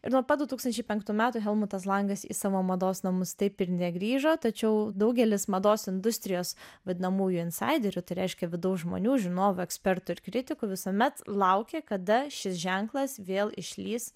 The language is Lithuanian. ir nuo pat du tūkstančiai penktų metų helmutas langas į savo mados namus taip ir negrįžo tačiau daugelis mados industrijos vadinamųjų insaiderių tai reiškia vidaus žmonių žinovų ekspertų ir kritikų visuomet laukė kada šis ženklas vėl išlįs